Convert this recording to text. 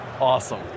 Awesome